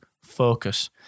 focus